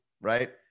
right